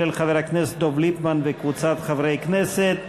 של חבר הכנסת דב ליפמן וקבוצת חברי הכנסת,